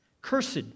Cursed